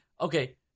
okay